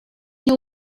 nie